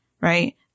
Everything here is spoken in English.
right